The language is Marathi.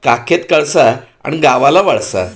काखेत कळसा आणि गावाला वळसा